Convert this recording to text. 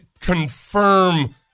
confirm